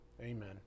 Amen